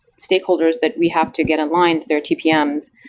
stakeholders that we have to get in line to their tpms.